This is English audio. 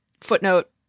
Footnote